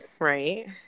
right